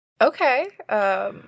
Okay